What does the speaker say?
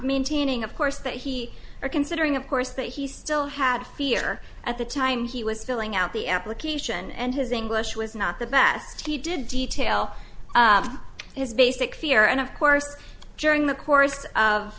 maintaining of course that he or considering of course that he still had fear at the time he was filling out the application and his english was not the best he did detail his basic fear and of course during the course of